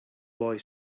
boy